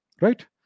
Right